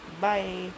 Bye